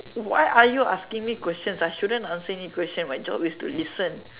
why are you asking me questions I shouldn't answer any question my job is to listen